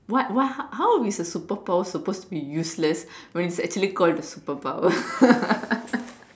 what what how how is a super power supposed to be useless when it's called a super power